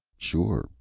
sure,